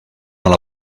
alla